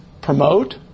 promote